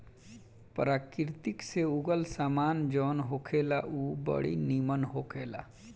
प्रकृति से उगल सामान जवन होखेला उ बड़ी निमन होखेला